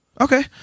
Okay